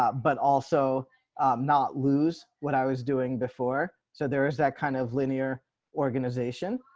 but also not lose what i was doing before. so there is that kind of linear organization.